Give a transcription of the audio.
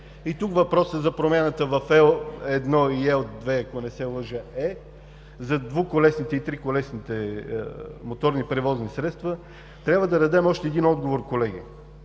Тук въпросът е за промяната в ЕО-1/ЕО-2, ако не се лъжа, за двуколесните и триколесните моторни превозни средства. Трябва да дадем още един отговор, колеги